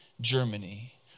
Germany